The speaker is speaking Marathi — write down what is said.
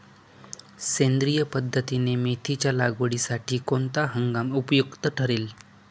सेंद्रिय पद्धतीने मेथीच्या लागवडीसाठी कोणता हंगाम उपयुक्त ठरेल?